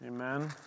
Amen